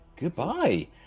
Goodbye